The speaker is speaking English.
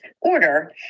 order